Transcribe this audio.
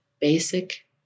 basic